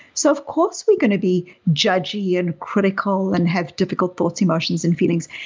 so of course, we're going to be judgy and critical and have difficult thoughts, emotions, and feelings.